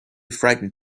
frightened